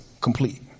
complete